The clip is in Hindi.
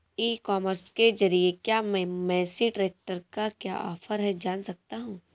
ई कॉमर्स के ज़रिए क्या मैं मेसी ट्रैक्टर का क्या ऑफर है जान सकता हूँ?